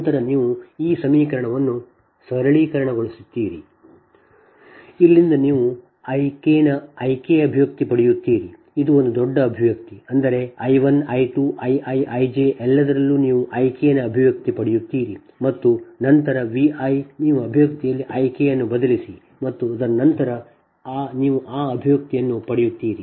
ನಂತರ ನೀವು ಈ ಸಮೀಕರಣವನ್ನು ಸರಳಗೊಳಿಸುತ್ತೀರಿ ಇಲ್ಲಿಂದ ನೀವು I k ನ I k ಅಭಿವ್ಯಕ್ತಿ ಪಡೆಯುತ್ತೀರಿ ಇದು ಒಂದು ದೊಡ್ಡ ಅಭಿವ್ಯಕ್ತಿ ಆದರೆ I 1 I 2 I i I j ಎಲ್ಲದರಲ್ಲೂ ನೀವು I k ನ ಅಭಿವ್ಯಕ್ತಿ ಪಡೆಯುತ್ತೀರಿ ನಂತರ V i ನೀವು ಅಭಿವ್ಯಕ್ತಿಯಲ್ಲಿ I k ಅನ್ನು ಬದಲಿಸಿ ಮತ್ತು ಅದರ ನಂತರ ನೀವು ಆ ಅಭಿವ್ಯಕ್ತಿಯನ್ನು ಪಡೆಯುತ್ತೀರಿ